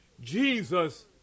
Jesus